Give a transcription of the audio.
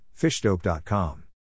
Fishdope.com